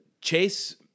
Chase